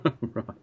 Right